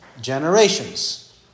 generations